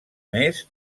més